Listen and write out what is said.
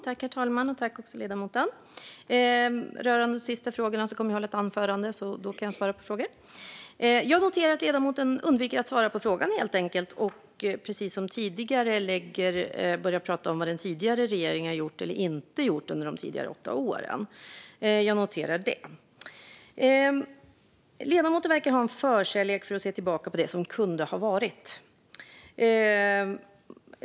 Herr talman! När det gäller de sista frågorna kommer jag att hålla ett anförande - då kan jag svara på frågor. Jag noterar att ledamoten helt enkelt undviker att svara på frågan och precis som tidigare börjar prata om vad den tidigare regeringen gjort och inte gjort under de senaste åtta åren. Ledamoten verkar ha en förkärlek för att se tillbaka på det som kunde ha varit.